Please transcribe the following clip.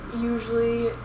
usually